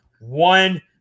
One